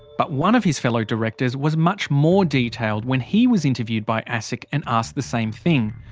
but one of his fellow director, was much more detailed when he was interviewed by asic and asked the same thing.